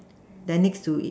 then next to it